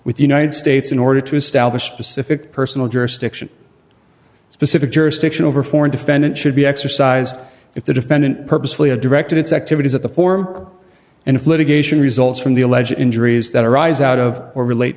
with the united states in order to establish specific personal jurisdiction specific jurisdiction over foreign defendant should be exercised if the defendant purposefully a directed its activities at the form and if litigation results from the allege injuries that arise out of or relate